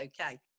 okay